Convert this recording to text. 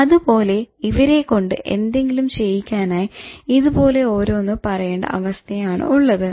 അതുപോലെ ഇവരെ കൊണ്ട് എന്തെങ്കിലും ചെയ്യിക്കാനായി ഇതുപോലെ ഓരോന്ന് പറയേണ്ട അവസ്ഥയാണ് ഉള്ളത്